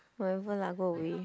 whatever lah go away